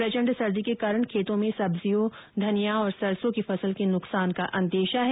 प्रचंड सर्दी के कारण खेतों में सब्जियो धनियां और सरसों की फसल के नुकसान का अंदेशा है